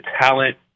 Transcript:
talent